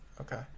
okay